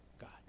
God